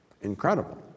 Incredible